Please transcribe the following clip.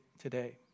today